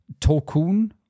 Tokun